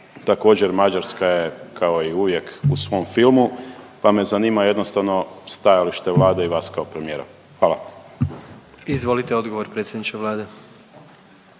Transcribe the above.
Također Mađarska je kao i uvijek u svom filmu, pa me zanima jednostavno stajalište Vlade i vas kao premijera. Hvala. **Jandroković, Gordan